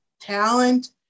talent